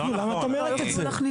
למה את אומרת את זה?